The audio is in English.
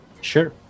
Sure